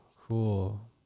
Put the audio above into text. Cool